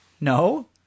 no